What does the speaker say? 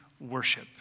worship